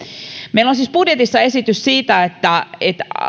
meillä on siis budjetissa esitys siitä että että